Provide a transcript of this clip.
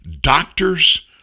doctors